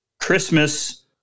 Christmas